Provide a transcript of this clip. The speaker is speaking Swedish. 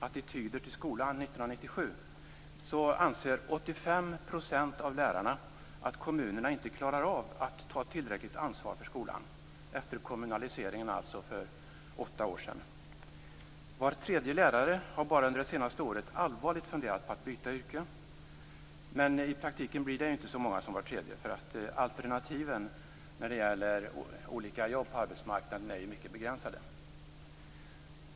attityder till skolan 1997 anser 85 % av lärarna att kommunerna, efter kommunaliseringen för åtta år sedan, inte klarar av att ta ett tillräckligt ansvar för skolan. Var tredje lärare har under det senaste året allvarligt funderat på att byta yrke. Men i praktiken blir det inte så många, eftersom alternativen, när det gäller jobb, är mycket begränsade.